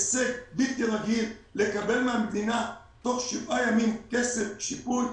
הישג בלתי רגיל לקבל מהמדינה תוך שבעה ימים כסף שיפוי,